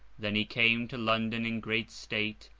then he came to london in great state,